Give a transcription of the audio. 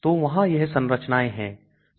तो वहां यह संरचनाएं हैं